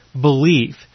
belief